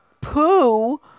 poo